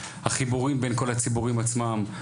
החיבורים בין כל הציבורים עצמם,